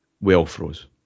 well-froze